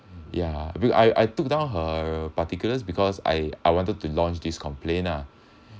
ya be~ I I took down her particulars because I I wanted to launch this complain ah